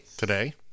Today